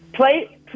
Play